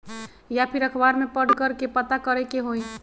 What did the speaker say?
या फिर अखबार में पढ़कर के पता करे के होई?